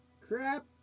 crap